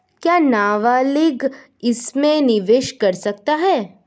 क्या नाबालिग इसमें निवेश कर सकता है?